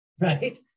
right